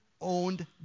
owned